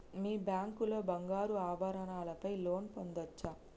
మీ bank లో బంగారు ఆభరణాల పై లోన్ పొందచ్చా?